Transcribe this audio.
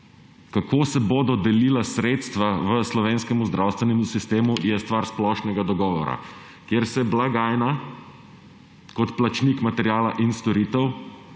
Kako se bodo delila sredstva v slovenskem zdravstvenem sistemu, je stvar splošnega dogovora, kjer se blagajna kot plačnik materiala in storitev